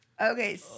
Okay